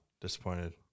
Disappointed